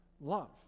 love